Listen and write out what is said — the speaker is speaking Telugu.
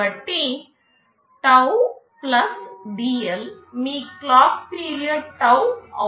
కాబట్టి tau dL మీ క్లాక్ పీరియడ్ టౌ అవుతుంది